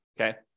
okay